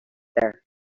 there